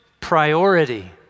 priority